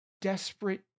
desperate